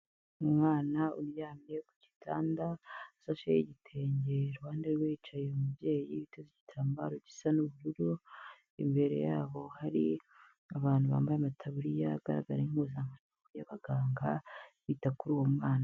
Umwana uryamye ku gitanda afasheshe igitenge, iruhande rwe yicaye umubye witeza igitambaro gisa n'ubururu, imbere yabo hari abantu bambaye amataburiya agaragara impuzankano y'abaganga bita kuri uwo mwana.